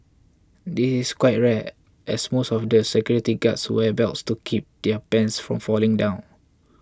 this is quite rare as most other security guards wear belts to keep their pants from falling down